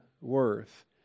worth